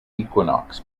equinox